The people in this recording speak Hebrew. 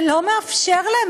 שלא מאפשר להם,